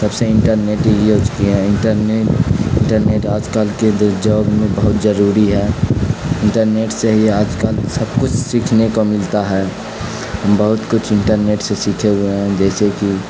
تب سے انٹرنیٹ ہی یوز کی ہے انٹرنیٹ انٹرنیٹ آج کل کے دور میں بہت ضروری ہے انٹرنیٹ سے ہی آج کل سب کچھ سیکھنے کو ملتا ہے ہم بہت کچھ انٹرنیٹ سے سیکھے ہوئے ہیں جیسے کہ